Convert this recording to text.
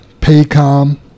Paycom